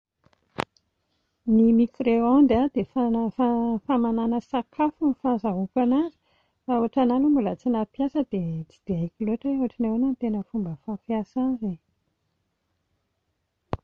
Ny micro-onde dia famanàna sakafo no fahazahoako an'azy fa ohatranà aloha mbola tsy nampiasa dia tsy dia haiko loatra hoe ohatran'ny ahoana ny tena fomba fampiasa azy e